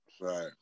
right